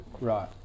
Right